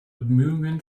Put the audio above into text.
bemühungen